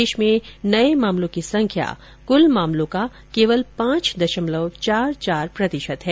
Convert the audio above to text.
देश में नये मामलो की संख्या कुल मामलों का केवल पांच दशमलव चार चार प्रतिशत है